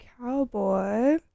Cowboy